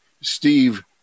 Steve